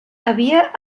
havia